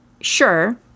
Sure